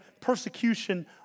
persecution